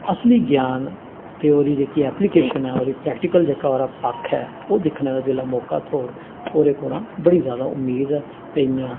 असली ज्ञान ते ओह्दी जेह्की ऐप्लिकेशन ऐ ओह्दी प्रैक्टिकल ओह्दा जेह्ड़ा पक्ख ऐ ओह् दिक्खने दा जिसलै मौका थ्होग ओह्दे कोला बड़ी जादा उम्मीद ऐ ते इ'यां